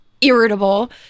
irritable